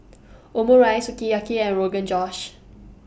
Omurice Sukiyaki and Rogan Josh